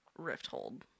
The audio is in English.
Rifthold